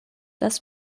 das